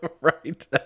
Right